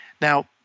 Now